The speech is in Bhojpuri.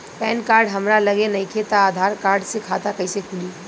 पैन कार्ड हमरा लगे नईखे त आधार कार्ड से खाता कैसे खुली?